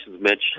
Mitch